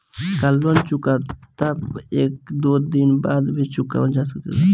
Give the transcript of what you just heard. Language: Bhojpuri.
का लोन चुकता कर के एक दो दिन बाद भी चुकावल जा सकेला?